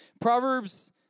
Proverbs